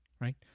right